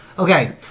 Okay